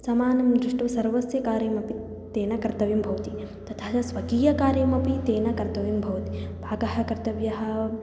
समानं दृष्ट्वा सर्वस्य कार्यमपि तया कर्तव्यं भवति तथा च स्वकीयकार्यमपि तया कर्तव्यं भवति पाकः कर्तव्यः